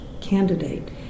candidate